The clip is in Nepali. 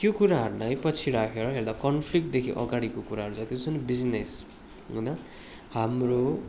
त्यो कुराहरूलाई पछि राखेर हेर्दा कन्फ्लिक्टदेखि अगाडिको कुराहरू जति छ नि बिजिनेस हाम्रो